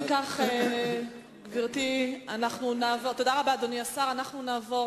אם כך, גברתי, נעבור